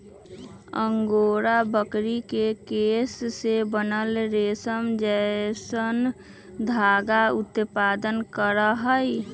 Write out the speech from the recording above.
angora बकरी के केश से बनल रेशम जैसन धागा उत्पादन करहइ